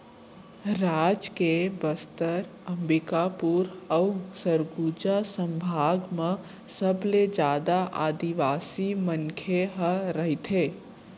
राज के बस्तर, अंबिकापुर अउ सरगुजा संभाग म सबले जादा आदिवासी मनखे ह रहिथे